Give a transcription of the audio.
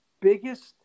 biggest